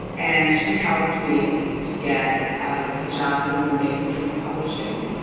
and she helped me to get um a job and more mainstream publishing.